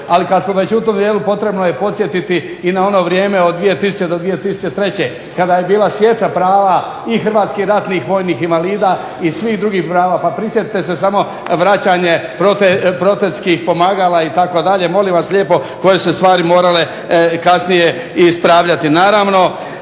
Ali kad smo već u tom dijelu potrebno je podsjetiti i na ono vrijeme od 2000. do 2003. kada je bila sječa prava i hrvatskih ratnih vojnih invalida i svih drugih prava. Pa prisjetite se samo vraćanje protetskih pomagala itd., molim vas lijepo koje su se stvari morale kasnije i ispravljati. Naravno